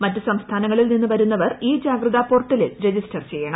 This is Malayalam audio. മറ്റ് സംസ്ഥാനങ്ങളിൽ നിന്ന് വരുന്നവർ ഇ ജാഗ്രത പോർട്ടലിൽ രജിസ്റ്റർ ചെയ്യണം